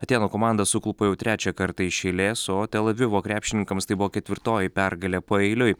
atėnų komanda suklupo jau trečią kartą iš eilės o tel avivo krepšininkams tai buvo ketvirtoji pergalė paeiliui